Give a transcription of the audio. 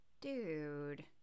Dude